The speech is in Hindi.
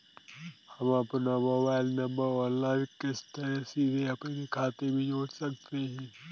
हम अपना मोबाइल नंबर ऑनलाइन किस तरह सीधे अपने खाते में जोड़ सकते हैं?